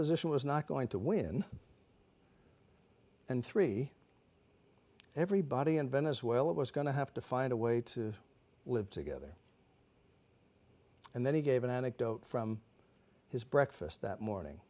opposition was not going to win and three everybody in venezuela was going to have to find a way to live together and then he gave an anecdote from his breakfast that morning